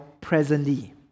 presently